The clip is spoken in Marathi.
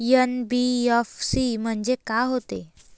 एन.बी.एफ.सी म्हणजे का होते?